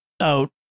out